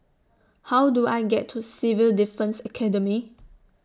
How Do I get to Civil Defence Academy